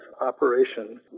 operation